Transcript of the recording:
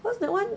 cause that [one]